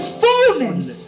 fullness